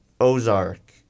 Ozark